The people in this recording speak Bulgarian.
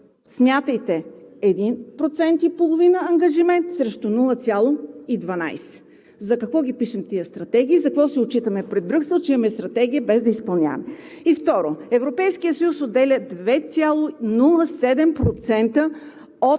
Смятайте: 1,5% ангажимент срещу 0,12%! За какво пишем тези стратегии, за какво се отчитаме пред Брюксел, че имаме стратегия, без да я изпълняваме? Второ, Европейският съюз отделя 2,07% от